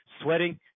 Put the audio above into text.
sweating